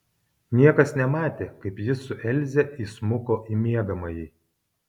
niekas nematė kaip jis su elze įsmuko į miegamąjį